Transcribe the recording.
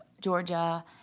Georgia